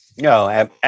No